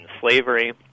slavery